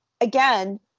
again